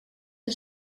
que